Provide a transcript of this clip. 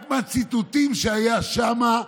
רק מהציטוטים שהיו שם,